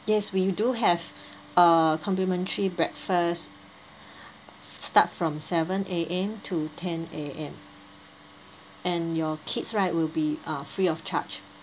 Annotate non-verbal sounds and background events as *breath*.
yes we do have uh complimentary breakfast *breath* start from seven A_M to ten A_M and your kids right will be uh free of charge